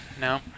No